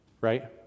right